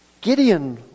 Gideon